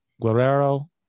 Guerrero